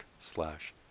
slash